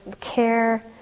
care